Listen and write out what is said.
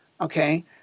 okay